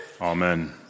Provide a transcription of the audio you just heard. Amen